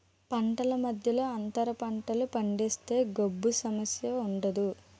పంటల మధ్యలో అంతర పంటలు పండిస్తే గాబు సమస్య ఉండదు